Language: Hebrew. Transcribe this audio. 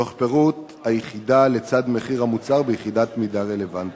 תוך פירוט היחידה לצד מחיר המוצר ביחידת מידה רלוונטית.